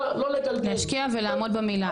להשקיע ולעמוד במילה.